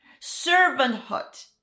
Servanthood